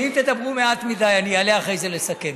ואם תדברו מעט מדי אני אעלה אחרי זה לסכם.